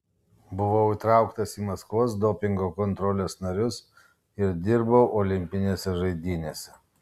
buvau įtrauktas į maskvos dopingo kontrolės narius ir dirbau olimpinėse žaidynėse